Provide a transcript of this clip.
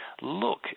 Look